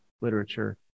literature